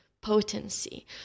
potency